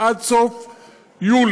עד סוף יולי.